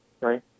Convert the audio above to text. right